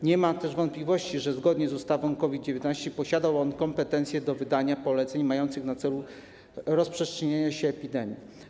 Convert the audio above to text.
Nie ma też wątpliwości, że zgodnie z ustawą o COVID-19 posiadał on kompetencje do wydania poleceń mających na celu zapobieganie rozprzestrzenianiu się epidemii.